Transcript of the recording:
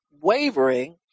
wavering